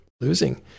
losing